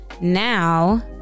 now